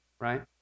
right